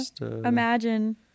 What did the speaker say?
Imagine